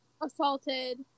Assaulted